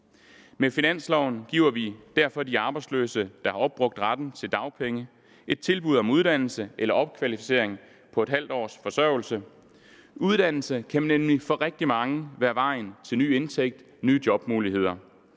Med finansloven giver vi derfor de arbejdsløse, der har opbrugt retten til dagpenge, et tilbud om uddannelse eller opkvalificering på ½ års forsørgelse. Uddannelse kan nemlig for rigtig mange være vejen til nye indtægter og nye jobmuligheder,